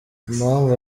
impamvu